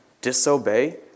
disobey